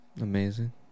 Amazing